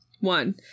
One